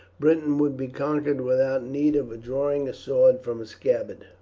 britain would be conquered without need of drawing sword from scabbard.